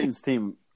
team